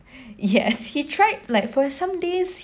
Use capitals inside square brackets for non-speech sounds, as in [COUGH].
[BREATH] yes he tried like for some days